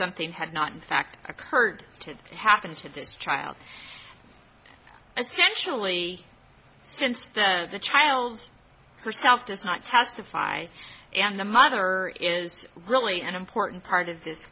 something had not in fact occurred to happen to this child especially since the child herself does not testify and the mother is really an important part of this